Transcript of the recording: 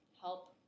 help